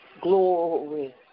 glory